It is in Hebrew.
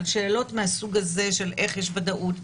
על שאלות מהסוג הזה של איך יש ודאות,